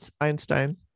Einstein